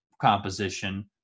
composition